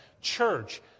church